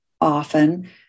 often